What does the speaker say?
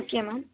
okay ma'am